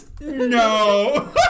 No